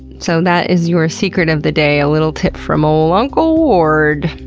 so, that is your secret of the day, a little tip from ol' uncle ward.